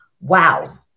wow